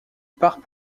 part